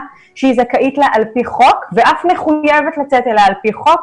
שהיא זכאית לה על פי חוק ואף מחויבת לצאת אליה על פי חוק.